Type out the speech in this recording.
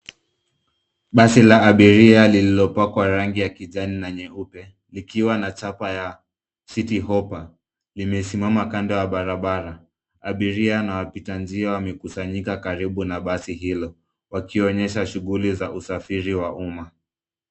Basi la abiria lililo pakwa rangi ya kijani na nyeupe likiwa na chapa ya (cs) citi hoppa(cs) limesimama kando ya barabara. Abiria na wapita njia wamekusanyika karibu na basi hilo waikionyesha shughuli za usafiri wa uma.